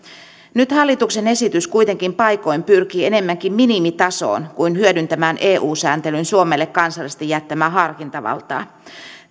nyt hallituksen esitys kuitenkin paikoin pyrkii enemmänkin minimitasoon kuin hyödyntämään eu sääntelyn suomelle kansallisesti jättämää harkintavaltaa